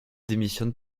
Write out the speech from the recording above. démissionne